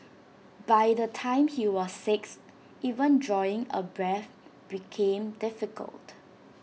by the time he was six even drawing A breath became difficult